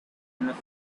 enough